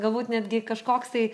galbūt netgi kažkoksai